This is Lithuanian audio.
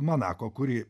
manako kuri